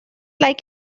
like